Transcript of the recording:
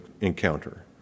encounter